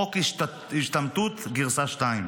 חוק ההשתמטות גרסה שתיים.